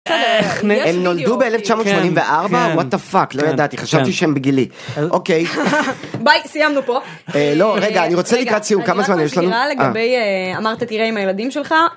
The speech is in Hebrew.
הם נולדו באלף תשע מאות שמונים וארבע?! וואט דה פאק, לא ידעתי, חשבתי שהם בגילי. אוקיי... ביי, סיימנו פה! לא רגע אני רוצה לקראת סיום, כמה זמן יש לנו? רגע, אני רק מזכירה לגבי...אמרת גילה עם הילדים שלך?